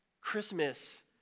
Christmas